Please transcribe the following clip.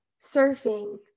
surfing